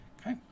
Okay